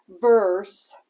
verse